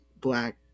black